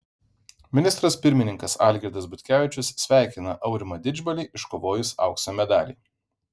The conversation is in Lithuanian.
ministras pirmininkas algirdas butkevičius sveikina aurimą didžbalį iškovojus aukso medalį